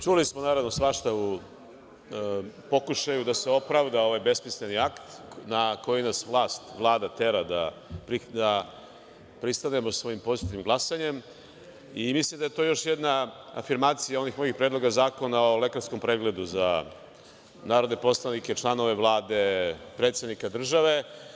Čuli smo, naravno, svašta u pokušaju da se opravda ovaj besmisleni akt na koji nas vlast, Vlada, tera da pristanemo svojim pozitivnim glasanjem i mislim da je to još jedna afirmacija ovih mojih predloga zakona o lekarskom pregledu za narodne poslanike, članove Vlade, predsednika države.